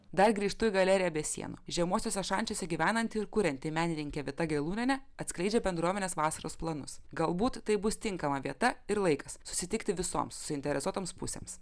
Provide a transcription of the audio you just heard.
dar grįžtu į galeriją be sienų žemuosiuose šančiuose gyvenanti ir kurianti menininkė vita gelūnienė atskleidžia bendruomenės vasaros planus galbūt tai bus tinkama vieta ir laikas susitikti visoms suinteresuotoms pusėms